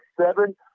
seven